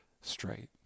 straight